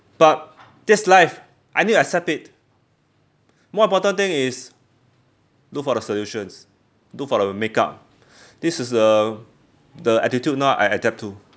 but that's life I need to accept it more important thing is look for the solutions look for the make-up this is the the attitude now I adapt to